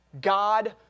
God